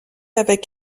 avec